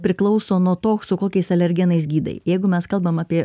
priklauso nuo to su kokiais alergenais gydai jeigu mes kalbam apie